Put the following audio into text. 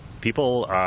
people